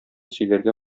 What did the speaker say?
сөйләргә